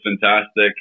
fantastic